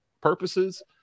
purposes